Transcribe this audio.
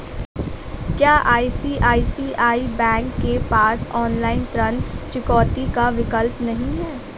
क्या ICICI bank के पास ऑनलाइन ऋण चुकौती का विकल्प नहीं है?